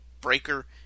Breaker